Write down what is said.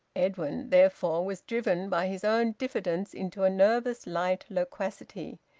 edwin, therefore, was driven by his own diffidence into a nervous light loquacity.